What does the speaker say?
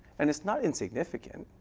and it's not insignificant.